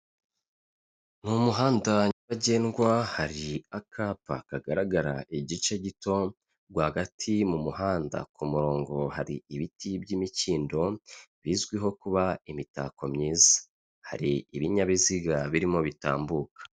Mu muhanda nyabagendwa hari akapa kagaragara igice gito, rwagati mu muhanda ku murongo hari ibiti by'imikindo, bizwiho kuba imitako myiza. Hari ibinyabiziga birimo bitambuka.